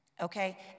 okay